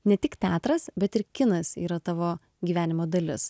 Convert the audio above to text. ne tik teatras bet ir kinas yra tavo gyvenimo dalis